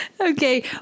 Okay